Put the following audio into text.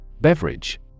Beverage